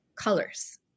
colors